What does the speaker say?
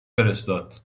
فرستاد